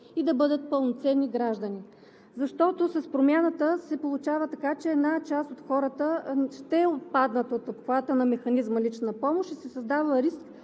и да бъдат пълноценни граждани. С промяната се получава така, че една част от хората ще отпаднат от обхвата на механизма „лична помощ“ и се създава риск